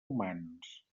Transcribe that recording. humans